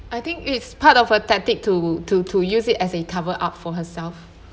I think it's part of a tactic to to to use it as a cover up for herself